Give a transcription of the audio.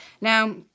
Now